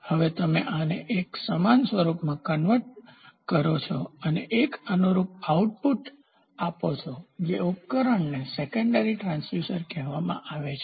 હવે તમે આને એક સમાન સ્વરૂપમાં કન્વર્ટ કરો છો અને એક અનુરૂપ આઉટપુટ આપો છો જે ઉપકરણને સેકન્ડરીગૌણ ટ્રાંસડ્યુસર કહેવામાં આવે છે